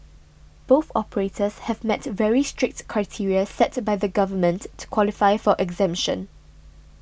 both operators have met very strict criteria set by the government to qualify for exemption